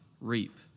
reap